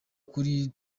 kuri